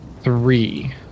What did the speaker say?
three